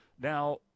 Now